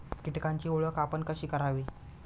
कीटकांची ओळख आपण कशी करावी?